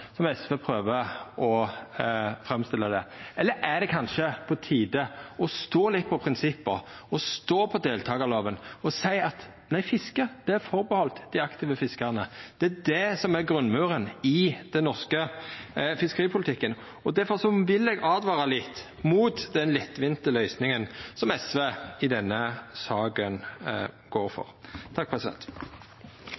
å framstilla det? Eller er det kanskje på tide å stå litt på prinsippa, å stå på deltakarloven og seia at nei, fisket er reservert dei aktive fiskarane? Det er det som er grunnmuren i den norske fiskeripolitikken. Difor vil eg åtvara litt mot den lettvinte løysinga som SV går for i denne saka.